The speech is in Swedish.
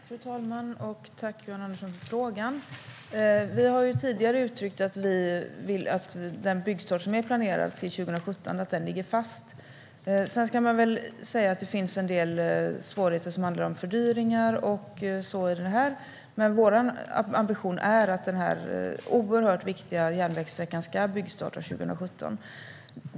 Fru talman! Jag tackar Johan Andersson för frågan. Vi har tidigare uttryckt att vi vill att den byggstart som är planerad till 2017 ligger fast. Sedan finns det en del svårigheter som handlar om fördyringar och så vidare i fråga om detta. Men vår ambition är att bygget av denna oerhört viktiga järnvägssträcka ska starta 2017.